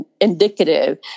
indicative